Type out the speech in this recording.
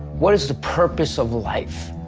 what is the purpose of life?